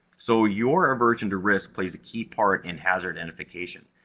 so, your aversion to risk plays a key part in hazard identification.